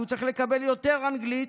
הוא צריך לקבל יותר אנגלית,